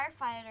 firefighter